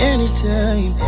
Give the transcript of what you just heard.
Anytime